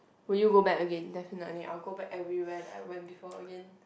will you go back again definitely I will go back everywhere that I went before again